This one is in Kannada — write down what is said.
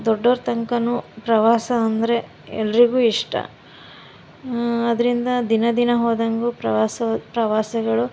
ದೊಡ್ಡೋರ ತನಕನೂ ಪ್ರವಾಸ ಅಂದರೆ ಎಲ್ಲರಿಗೂ ಇಷ್ಟ ಅದರಿಂದ ದಿನ ದಿನ ಹೋದಂಗೂ ಪ್ರವಾಸ ಪ್ರವಾಸಿಗಳು